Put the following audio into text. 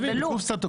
ומכיוון שכל הכספים,